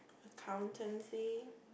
accountancy